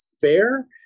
fair